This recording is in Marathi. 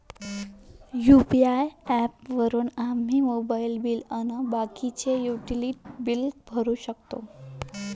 यू.पी.आय ॲप वापरून आम्ही मोबाईल बिल अन बाकीचे युटिलिटी बिल भरू शकतो